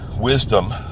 wisdom